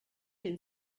den